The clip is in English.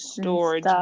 storage